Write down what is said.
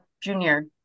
junior